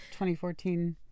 2014